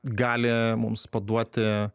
gali mums paduoti